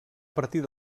partir